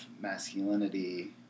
masculinity